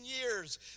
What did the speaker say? years